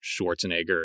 Schwarzenegger